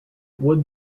would